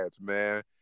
man